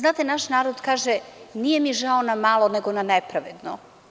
Naš narod kaže – nije mi žao na malo, nego na nepravedno.